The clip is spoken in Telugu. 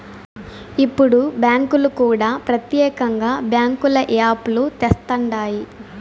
ఇప్పుడు బ్యాంకులు కూడా ప్రత్యేకంగా బ్యాంకుల యాప్ లు తెస్తండాయి